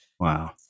Wow